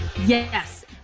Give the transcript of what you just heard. Yes